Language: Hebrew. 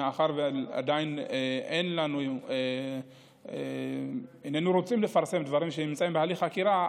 מאחר שאיננו רוצים לפרסם דברים שנמצאים בהליך חקירה,